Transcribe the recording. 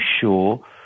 sure